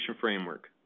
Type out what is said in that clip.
framework